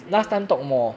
really